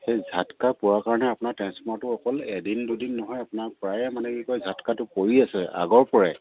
সেই ঝাতকা পোৱাৰ কাৰণে আপোনাৰ ট্ৰেঞ্চফাৰটো অকল এদিন দুদিন নহয় আপোনাৰ প্ৰায়ে মানে কি কয় ঝাতকাটো পৰি আছে আগৰ পৰাই